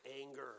anger